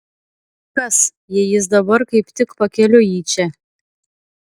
kas jei jis dabar kaip tik pakeliui į čia